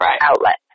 outlet